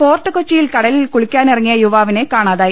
fort കൊച്ചിയിൽ കടലിൽ കുളിക്കാനിറങ്ങിയ യുവാ വിനെ കാണാതായി